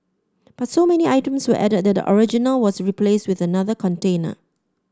but so many items were added that the original was replaced with another container